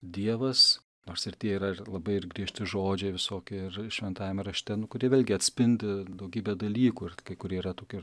dievas nors ir tie yra ir labai ir griežti žodžiai visokie ir šventajam rašte nu kurie vėlgi atspindi daugybę dalykų ir kai kurie yra toki ir